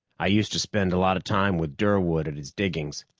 i used to spend a lot of time with durwood at his diggings!